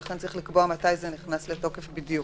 ולכן צריך לקבוע מתי זה נכנס לתוקף בדיוק.